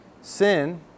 Sin